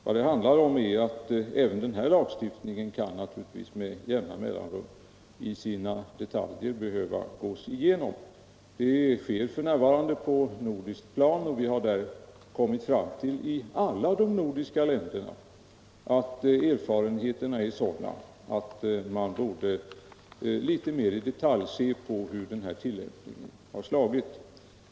Vad det handlar om är att även den här lagstiftningen med jämna mellanrum naturligtvis kan behöva gås igenom i sina detaljer. Det sker f.n. på nordiskt plan, och vi har kommit fram till i alla de nordiska länderna att erfarenheterna är sådana att man borde litet mera i detalj se på hur tillämpningen har slagit.